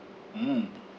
mm